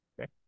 Okay